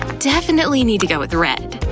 definitely need to go with red.